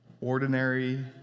ordinary